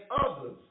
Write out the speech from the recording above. others